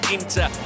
Inter